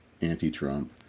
anti-Trump